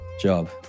job